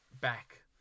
back